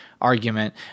argument